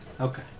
Okay